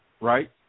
right